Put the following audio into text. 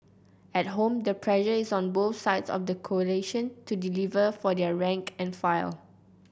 at home the pressure is on both sides of the coalition to deliver for their rank and file